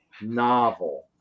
novel